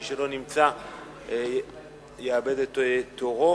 מי שלא נמצא יאבד את תורו.